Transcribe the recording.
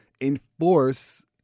enforce